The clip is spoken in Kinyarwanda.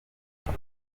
buri